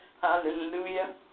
Hallelujah